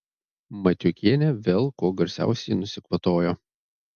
matiukienė vėl kuo garsiausiai nusikvatojo